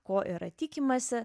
ko yra tikimasi